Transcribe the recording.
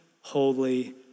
holy